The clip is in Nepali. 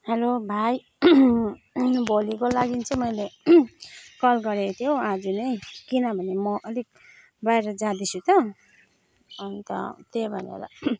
हेलो भाइ भोलिको लागि चाहिँ मैले कल गरेको थिएँ हो आज नै किनभने म अलिक बाहिर जाँदैछु त अन्त त्यही भनेर